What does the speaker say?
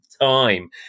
time